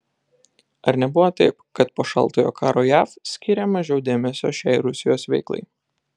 ar nebuvo taip kad po šaltojo karo jav skyrė mažiau dėmesio šiai rusijos veiklai